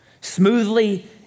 smoothly